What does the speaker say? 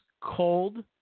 cold